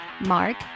Mark